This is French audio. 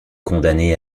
condamné